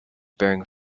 bearing